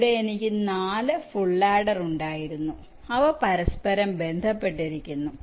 ഇവിടെ എനിക്ക് 4 ഫുൾ ആഡറുണ്ടായിരുന്നു അവ പരസ്പരം ബന്ധപ്പെട്ടിരിക്കുന്നു